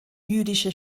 jüdische